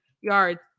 yards